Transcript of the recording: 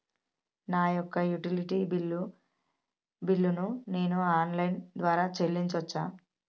నా యొక్క utility bill ను నేను ఆన్ లైన్ ద్వారా చెల్లించొచ్చా?